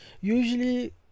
usually